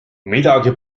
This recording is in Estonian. midagi